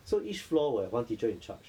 so each floor will have one teacher in charge